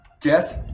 jess